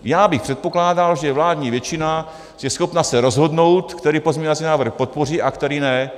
Já bych předpokládal, že vládní většina je schopna se rozhodnout, který pozměňovací návrh podpoří a který ne.